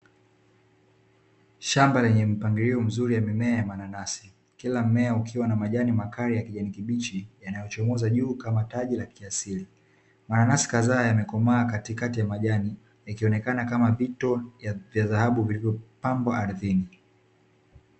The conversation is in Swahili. Shamba lenye mpangilio mzuri ya mimea ya mananasi, kila mmea ukiwa na majani makali ya kijani kibichi yanayochomoza juu kama taji la kiasili, mananasi kadhaa yamekomaa katikati ya majani yakionekana kama vito vya dhahabu vilivyopambwa ardhini.